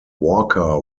walker